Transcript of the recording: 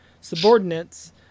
subordinates